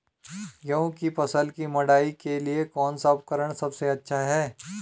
गेहूँ की फसल की मड़ाई के लिए कौन सा उपकरण सबसे अच्छा है?